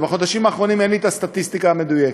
לגבי החודשים האחרונים אין לי את הסטטיסטיקה המדויקת,